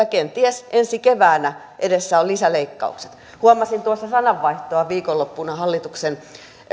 kenties ensi keväänä ovat edessä lisäleikkaukset huomasin viikonloppuna sananvaihtoa hallituksen